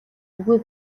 үгүй